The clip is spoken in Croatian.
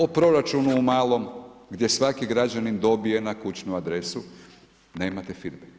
O proračunu u malom gdje svaki građanin dobije na kućnu adresu, nemate feedback.